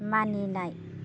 मानिनाय